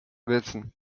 wilson